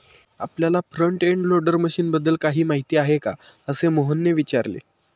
आपल्याला front end loader मशीनबद्दल काही माहिती आहे का, असे मोहनने विचारले?